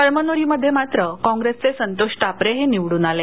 कळमनोरीमध्ये मात्र कॉप्रेसचे संतोष टापरे हे निवडून आले